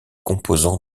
composant